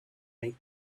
make